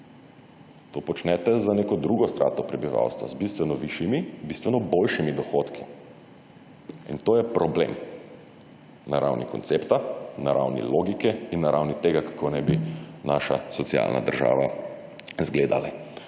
To počnete za neko drugo / nerazumljivo/ prebivalstva z bistveno višjimi, bistveno boljšimi dohodki. In to je problem na ravni koncepta, na ravni logike in na ravni tega kako naj bi naša socialna država izgledala.